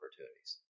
opportunities